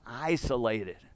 isolated